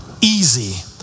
easy